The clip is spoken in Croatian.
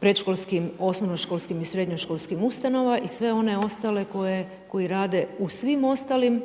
predškolskim, osnovnoškolskim i srednjoškolskim ustanovama i sve one ostale koji rade u svim ostalim